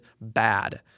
bad